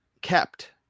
kept